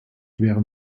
wären